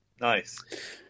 Nice